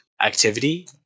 activity